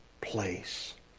place